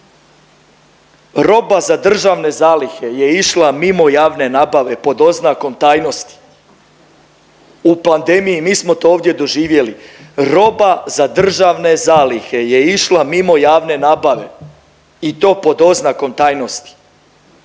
Roba za državne zalihe je išla mimo javne nabave pod oznakom tajnosti. U pandemiji mi smo to ovdje doživjeli. Roba za državne zalihe je išla mimo javne nabave i to pod oznakom tajnosti.